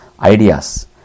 ideas